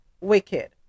Wicked